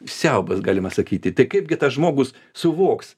siaubas galima sakyti tai kaipgi tas žmogus suvoks